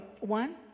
one